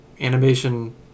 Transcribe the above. animation